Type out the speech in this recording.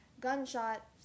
gunshot